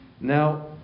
Now